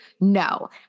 No